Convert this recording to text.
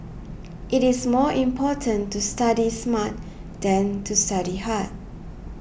it is more important to study smart than to study hard